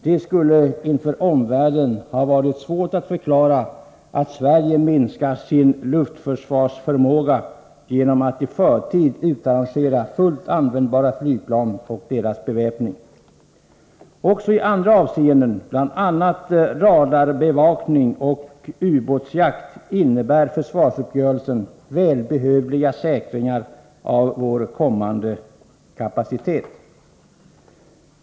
Det skulle inför omvärlden ha varit svårt att förklara att Sverige minskar sin luftförsvarsförmåga genom att i förtid utrangera fullt användbara flygplan och deras beväpning. Också i andra avseenden, bl.a. i fråga om radarbevakning och ubåtsjakt, innebär försvarsuppgörelsen välbehövliga säkringar av vår kommande kapacitet.